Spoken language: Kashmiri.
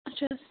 اچھا